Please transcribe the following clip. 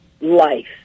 life